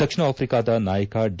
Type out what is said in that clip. ದಕ್ಷಿಣ ಆಫ್ರಿಕಾದ ನಾಯಕ ಡಿ